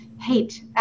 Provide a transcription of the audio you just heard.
Hate